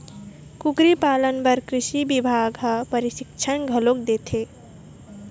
कुकरी पालन बर कृषि बिभाग ह परसिक्छन घलोक देथे